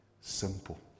simple